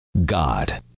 God